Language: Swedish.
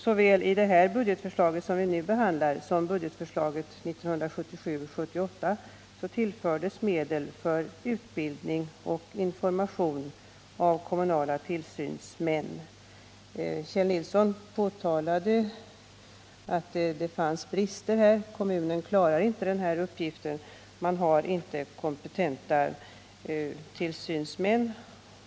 Såväl i det budgetförslag vi nu behandlar som i budgetförslaget 1977/78 tillfördes medel för utbildning och information av kommunala tillsynsmän. Kjell Nilsson påtalade här vissa brister. Kommunen klarar inte denna uppgift; man har inte kompetenta tillsynsmän.